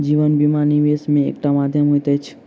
जीवन बीमा, निवेश के एकटा माध्यम होइत अछि